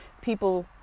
people